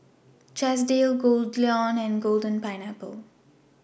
Chesdale Goldlion and Golden Pineapple